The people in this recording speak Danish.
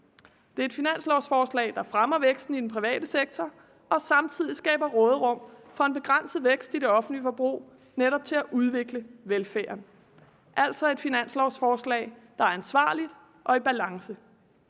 Det er et finanslovsforslag, der fremmer væksten i den private sektor og samtidig skaber råderum for en begrænset vækst i det offentlige forbrug netop til at udvikle velfærden, altså et finanslovsforslag, der er ansvarligt og i balance.